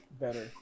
better